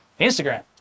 Instagram